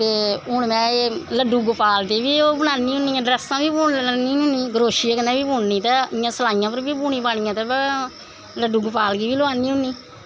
ते हून में ओह् लड्डू गोपाल दे बी बनानी होन्नी आं ड्रैसां बी बुनी लैन्नी होनीं क्रोशिये कन्नैं बी बुनी लैन्नी ते सलाईयें पर बी बुनी बनियैं ते लड्डी गोपाल गी बी लोआनी होनीं